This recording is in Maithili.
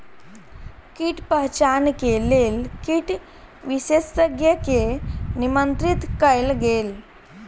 कीट पहचान के लेल कीट विशेषज्ञ के निमंत्रित कयल गेल